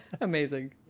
Amazing